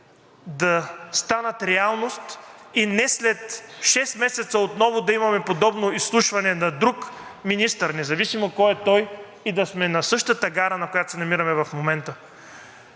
да станат реалност и не след шест месеца отново да имаме подобно изслушване на друг министър, независимо кой е той, и да сме на същата гара, на която се намираме в момента.